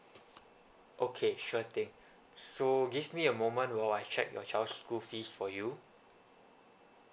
okay sure thing so give me a moment while I check your child's school fees for you